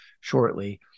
shortly